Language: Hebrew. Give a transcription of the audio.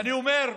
אני אומר,